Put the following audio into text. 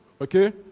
Okay